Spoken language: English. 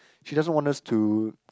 she doesn't want us to